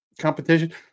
competition